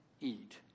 eat